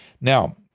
Now